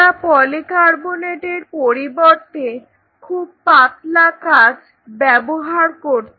তারা poly carbonate এর পরিবর্তে খুব পাতলা কাঁচ ব্যবহার করত